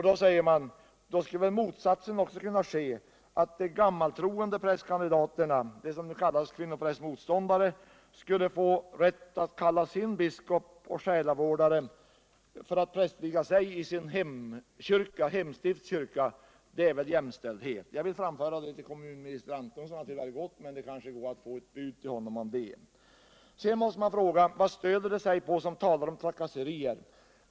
Då säger man nu all motsatsen också skulle kunna ske; att de gammaltroende prästkandidaterna, de som nu kallas kvinnoprästmotståndare, skulle få rätt att kalla sin biskop och själavårdare för att prästviga sig i sina hemstifts domkyrkor. Det är vil jämställdhet. Jag vill framföra detta till kommunminister Antonsson — han har gått, men det går att skicka ett bud till honom. Sedan måste man fråga: Vad stöder de sig på som talar om trakasserier?